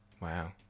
Wow